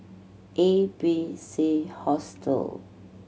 A B C Hostel